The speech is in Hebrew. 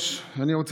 ויותר.